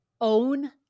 own